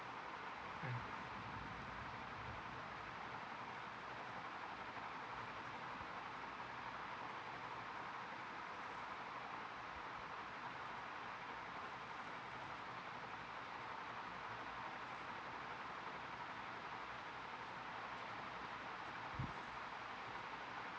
um